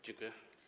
Dziękuję.